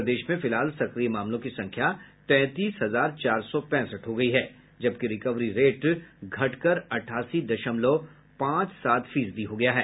प्रदेश में फिलहाल सक्रिय मामलों की संख्या तैंतीस हजार चार सौ पैंसठ हो गयी है जबकि रिकवरी रेट घटकर अठासी दशमलव पांच सात फीसदी हो गयी है